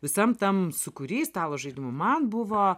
visam tam sūkury stalo žaidimų man buvo